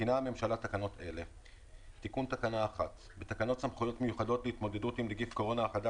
תיקון תקנה 1 תיקון תקנה 7 תיקון תקנה 26 תהילה